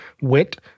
wit